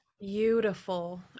Beautiful